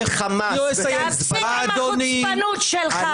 מי שעולה לחזק תומכת חמאס וחיזבאללה --- תפסיק עם החוצפה שלך.